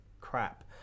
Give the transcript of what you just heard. crap